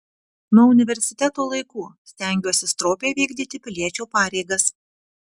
nuo universiteto laikų stengiuosi stropiai vykdyti piliečio pareigas